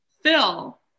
phil